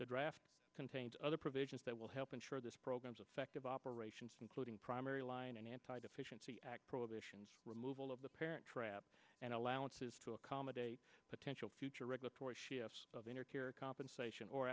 the draft contains other provisions will help ensure this program's effective operations including primary line and anti deficiency prohibitions removal of the parent trap and allowances to accommodate potential future regulatory shifts of anarchy or compensation or